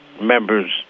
members